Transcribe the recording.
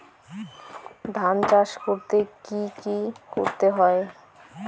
ধান চাষ করতে কি কি করতে হয়?